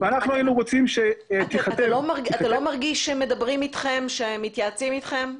אתה לא מרגיש שמדברים איתכם, שמתייעצים איתכם?